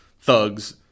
thugs